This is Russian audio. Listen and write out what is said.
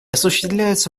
осуществляются